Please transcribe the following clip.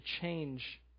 change